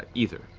ah either.